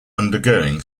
undergoing